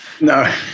No